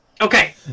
Okay